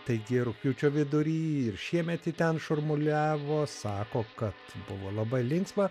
taigi rugpjūčio vidury ir šiemet į ten šurmuliavo sako kad buvo labai linksma